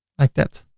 like that.